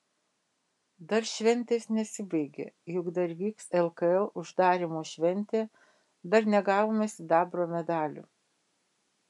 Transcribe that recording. dar šventės nesibaigė juk dar vyks lkl uždarymo šventė dar negavome sidabro medalių